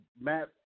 Matt